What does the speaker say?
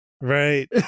Right